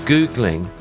Googling